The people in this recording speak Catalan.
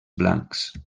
blancs